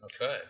Okay